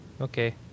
Okay